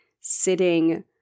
sitting